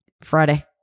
Friday